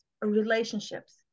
relationships